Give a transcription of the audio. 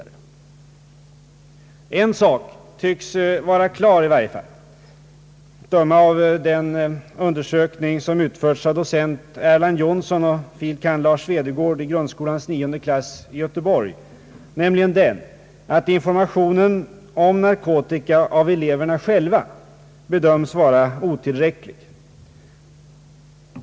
En sak tycks i varje fall vara klar, att döma av den undersökning som utförts av docent Erland Jonsson och fil. kand. Lars Svedergård i grundskolans nionde klass i Göteborg, nämligen att informationen om narkotika av elever na själva bedöms vara otillräcklig.